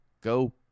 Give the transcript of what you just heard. go